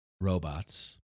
robots